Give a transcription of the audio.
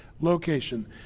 location